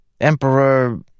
Emperor